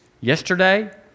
yesterday